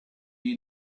you